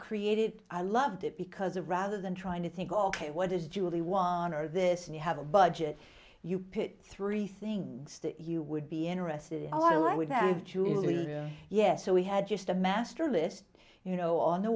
created i loved it because of rather than trying to think oh ok what is juli weiner this and you have a budget you pick three things that you would be interested in and i would have to lydia yes so we had just a master list you know on the